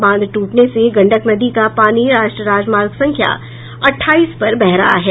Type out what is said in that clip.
बांध टूटने से गंडक नदी का पानी राष्ट्रीय राजमार्ग संख्या अठाईस पर बह रहा है